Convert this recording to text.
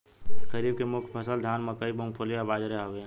खरीफ के मुख्य फसल धान मकई मूंगफली आ बजरा हवे